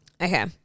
Okay